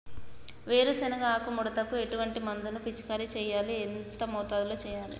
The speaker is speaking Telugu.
వేరుశెనగ ఆకు ముడతకు ఎటువంటి మందును పిచికారీ చెయ్యాలి? ఎంత మోతాదులో చెయ్యాలి?